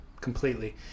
completely